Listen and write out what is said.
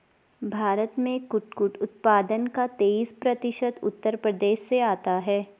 भारत में कुटकुट उत्पादन का तेईस प्रतिशत उत्तर प्रदेश से आता है